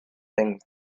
things